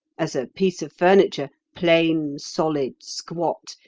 as a piece of furniture, plain, solid, squat,